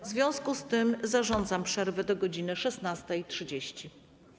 W związku z tym zarządzam przerwę do godz. 16.30.